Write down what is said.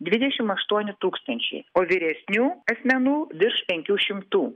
dvidešimt aštuoni tūkstančiai o vyresnių asmenų virš penkių šimtų